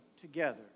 together